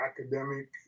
academic